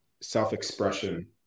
self-expression